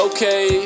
Okay